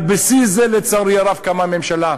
על בסיס זה, לצערי הרב, קמה הממשלה.